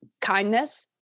kindness